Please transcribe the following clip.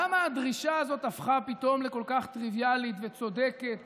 למה הדרישה הזאת נהפכה פתאום לכל כך טריוויאלית וצודקת,